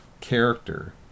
character